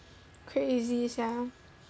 crazy sia